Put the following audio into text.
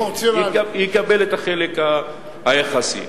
יקבל את החלק היחסי.